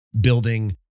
building